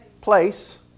Place